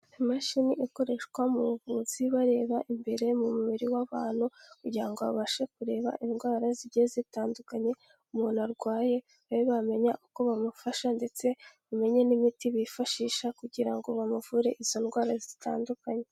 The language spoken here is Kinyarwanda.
Imashini ikoreshwa mu buvuzi bareba imbere mu mubiri w'abantu, kugira ngo babashe kureba indwara zigiye zitandukanye umuntu arwaye, babe bamenya uko bamufasha, ndetse bamenye n'imiti bifashisha kugira ngo bamuvure izo ndwara zitandukanye.